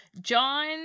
John